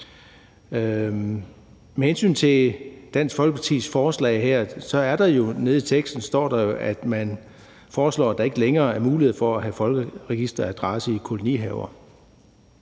Med hensyn til Dansk Folkepartis forslag her så står der nede i teksten, at man foreslår, at der ikke længere er mulighed for at have folkeregisteradresse i kolonihaver.